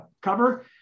cover